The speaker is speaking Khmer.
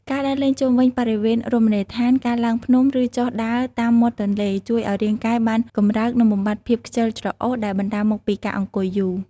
ការដើរលេងជុំវិញបរិវេណរមណីយដ្ឋាន ការឡើងភ្នំឬចុះដើរតាមមាត់ទន្លេ ជួយឲ្យរាងកាយបានកម្រើកនិងបំបាត់ភាពខ្ជិលច្រអូសដែលបណ្តាលមកពីការអង្គុយយូរ។